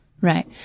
Right